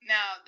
Now